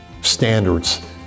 standards